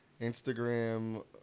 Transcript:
Instagram